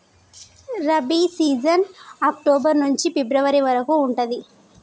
rabi season October నుంచి February వరకు ఉంటది